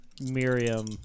Miriam